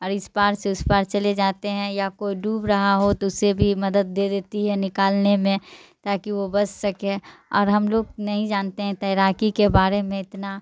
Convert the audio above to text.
اور اس پار سے اس پار چلے جاتے ہیں یا کوئی ڈوب رہا ہو تو اس سے بھی مدد دے دیتی ہے نکالنے میں تاکہ وہ بچ سکے اور ہم لوگ نہیں جانتے ہیں تیراکی کے بارے میں اتنا